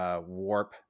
Warp